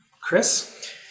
Chris